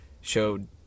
showed